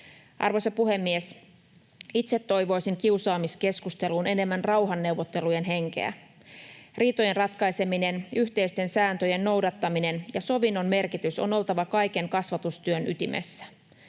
Arvoisa puhemies! Itse toivoisin kiusaamiskeskusteluun enemmän rauhanneuvottelujen henkeä. Riitojen ratkaisemisen, yhteisten sääntöjen noudattamisen ja sovinnon merkityksen on oltava kaiken kasvatustyön ytimessä.